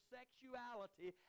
sexuality